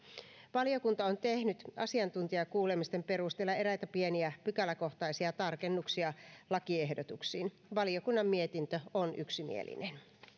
valiokunta on tehnyt asiantuntijakuulemisten perusteella eräitä pieniä pykäläkohtaisia tarkennuksia lakiehdotuksiin valiokunnan mietintö on yksimielinen